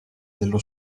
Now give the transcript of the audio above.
dello